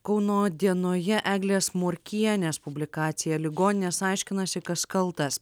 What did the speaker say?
kauno dienoje eglės morkienės publikacija ligoninės aiškinasi kas kaltas